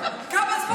כמה זמן הוא מדבר?